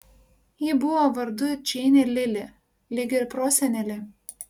ji buvo vardu džeinė lili lyg ir prosenelė